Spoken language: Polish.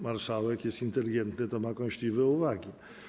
Marszałek jest inteligentny, to ma kąśliwe uwagi.